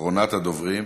אחרונת הדוברים.